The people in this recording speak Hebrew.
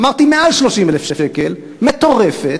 אמרתי: מעל 30,000 שקל, מטורפת,